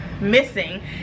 missing